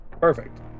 Perfect